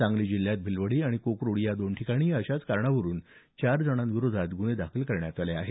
सांगली जिल्ह्यात भिलवडी आणि कोकरुड या दोन ठिकाणी अशाच कारणावरून चार जणांविरोधात गुन्हे दाखल करण्यात आले आहेत